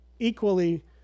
equally